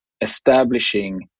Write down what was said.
establishing